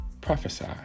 Prophesy